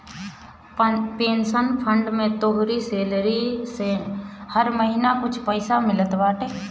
pension fund में तोहरी salary से हर महिना कुछ पईसा मिलत बाटे